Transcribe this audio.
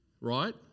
Right